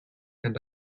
and